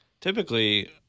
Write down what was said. Typically